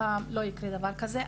נקווה שהפעם לא יקרה דבר כזה.